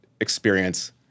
experience